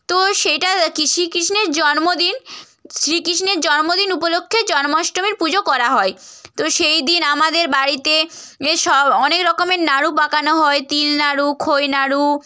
তো সেইটা কৃষ্ণের জন্মদিন শ্রীকৃষ্ণের জন্মদিন উপলক্ষে জন্মাষ্টমীর পুজো করা হয় তো সেই দিন আমাদের বাড়িতে বেশ অনেক রকমের নাড়ু পাকানো হয় তিল নাড়ু খই নাড়ু